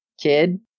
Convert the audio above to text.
kid